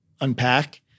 unpack